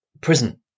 prison